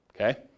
Okay